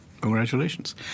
Congratulations